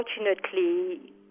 unfortunately